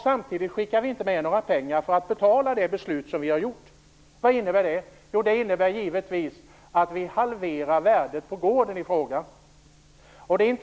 Samtidigt skickar vi inte med några pengar för att betala konsekvenserna av det beslut som vi har fattat. Vad innebär det? Jo, det innebär givetvis att vi halverar värdet på gården i fråga.